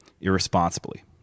irresponsibly